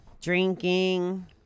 drinking